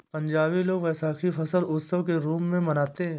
पंजाबी लोग वैशाखी फसल उत्सव के रूप में मनाते हैं